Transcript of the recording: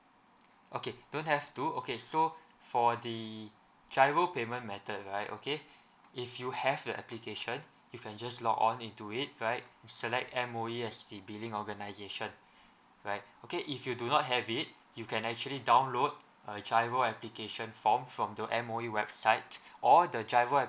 okay don't have to okay so for the GIRO payment method right okay if you have the application you can just log on into it right select M_O_E as the billing organisation right okay if you do not have it you can actually download a GIRO application form from the M_O_E website or the GIRO